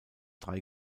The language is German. drei